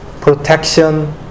protection